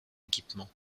équipement